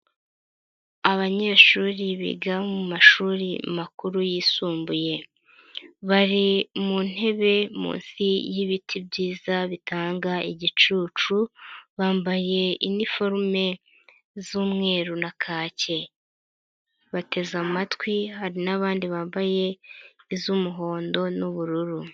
Abanyeshuri biga mashuri makuru yisumbuye bari mu ntebe munsi y'ibiti byiza bitanga igicucu, bambaye iniforume z'umweru na kake bateze amatwi, hari n'abandi bambaye iz'umuhondo n'ubururu.